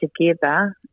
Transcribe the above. together